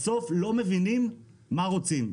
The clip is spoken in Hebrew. בסוף לא מבינים מה רוצים.